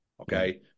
okay